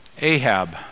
Ahab